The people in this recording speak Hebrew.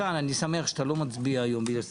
אני מעריך את זה.